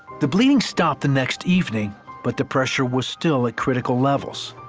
the bleeding stopped the next evening but the pressure was still at critical levels.